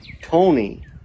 Tony